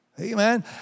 Amen